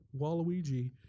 Waluigi